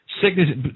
sickness